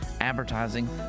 advertising